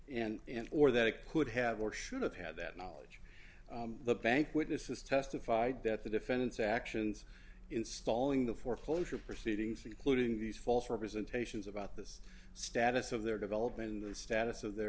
and or that it could have or should have had that knowledge the bank witnesses testified that the defendant's actions installing the foreclosure proceedings the quoting these false representations about this status of their development and the status of their